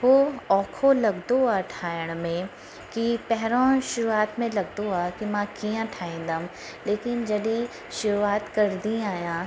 उहो औखो लॻंदो आहे ठाहिण में की पहिरों शुरूआति में लॻंदो आहे की मां कीअं ठाहींदमि लेकिन जॾहिं शुरूआति कंदी आहियां